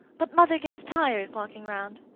but mother gets tired walking round,